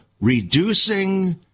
reducing